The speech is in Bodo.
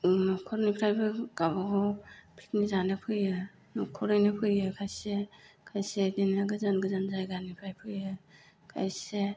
न'खरनिफ्रायबो गावबागाव पिकनिक जानो फैयो न'खररैनो फैयो खायसे खायसे इदिनो गोजान गोजान जायगानिफ्राय फैयो खायसे